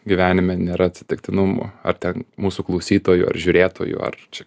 gyvenime nėra atsitiktinumų ar ten mūsų klausytojų ar žiūrėtojų ar čia